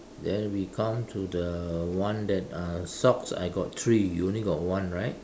then we come to the one that uh socks I got three you only got one right